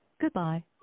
Goodbye